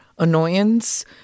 annoyance